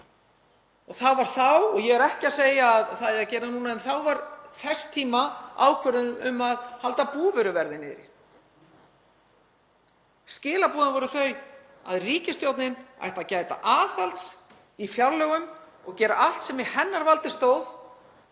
Það var þá og ég er ekki að segja að það eigi að gera það núna en þess tíma ákvörðun var að halda búvöruverði niðri. Skilaboðin voru þau að ríkisstjórnin ætti að gæta aðhalds í fjárlögum og gera allt sem í hennar valdi stæði